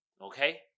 Okay